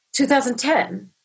2010